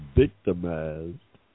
victimized